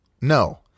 No